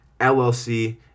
LLC